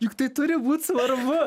juk tai turi būt svarbu